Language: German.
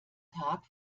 tag